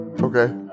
Okay